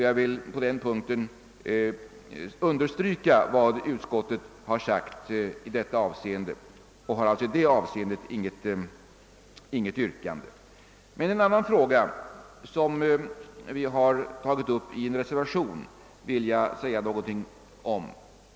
Jag vill på denna punkt understryka vad utskottet skrivit. Jag har alltså inget yrkande i det avseendet. Beträffande en annan fråga, som tagits upp i en reservation, vill jag säga några ord.